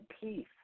peace